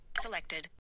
Selected